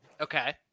Okay